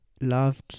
loved